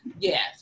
yes